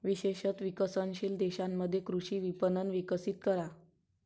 विशेषत विकसनशील देशांमध्ये कृषी विपणन विकसित करा